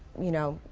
you know,